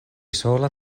sola